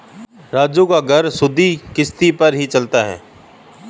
राजू का घर सुधि किश्ती पर ही चलता है